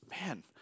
man